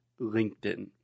LinkedIn